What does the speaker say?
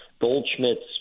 Goldschmidt's